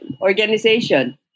organization